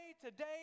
today